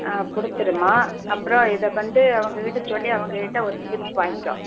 ஆ கொடுத்துருமா அப்புறோம் இதை வந்து அவங்கக்கிட்ட சொல்லி அவங்கக்கிட்ட ஒரு ஸ்லிப் வாய்ங்க்கோ